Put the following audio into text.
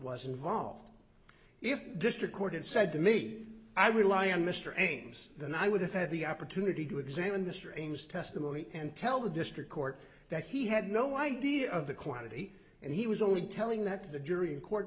was involved if the district court had said to me i would lie on mr ames than i would have had the opportunity to examine the strange testimony and tell the district court that he had no idea of the quantity and he was only telling that to the jury in court